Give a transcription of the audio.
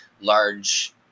large